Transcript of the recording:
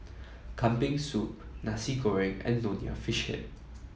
Kambing Soup Nasi Goreng and Nonya Fish Head